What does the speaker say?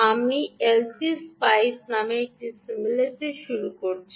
আমি LT spice নামে একটি সিমুলেটর শুরু করছি